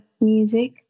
music